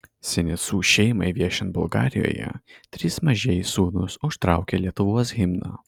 sinicų šeimai viešint bulgarijoje trys mažieji sūnūs užtraukė lietuvos himną